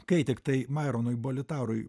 kai tiktai maironui blitarui